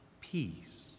peace